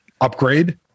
upgrade